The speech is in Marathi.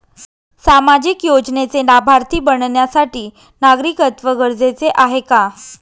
सामाजिक योजनेचे लाभार्थी बनण्यासाठी नागरिकत्व गरजेचे आहे का?